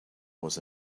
was